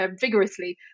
vigorously